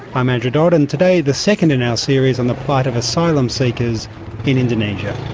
i'm andrew dodd and today, the second in our series on the plight of asylum seekers in indonesia.